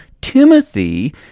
Timothy